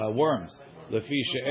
worms